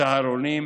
צהרונים,